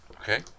okay